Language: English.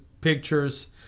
pictures